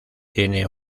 tiene